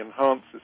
enhances